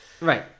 Right